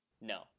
No